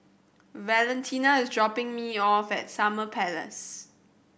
Valentina is dropping me off at Summer Place